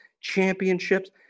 championships